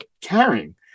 carrying